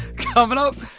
coming up,